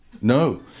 No